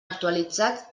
actualitzat